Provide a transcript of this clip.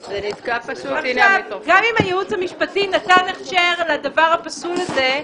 גם אם הייעוץ המשפטי נתן הכשר לדבר הפסול הזה,